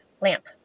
Lamp